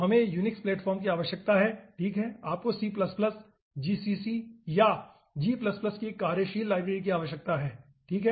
तो हमें Unix platform की आवश्यकता है ठीक है आपको C gcc या g की एक कार्यशील लाइब्रेरी की भी आवश्यकता है ठीक है